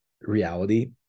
reality